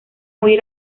huir